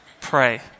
pray